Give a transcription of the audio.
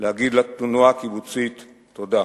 להגיד לתנועה הקיבוצית תודה.